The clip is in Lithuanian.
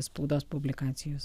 spaudos publikacijos